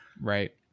right